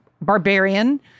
barbarian